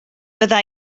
bydda